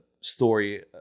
story